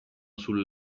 sul